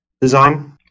design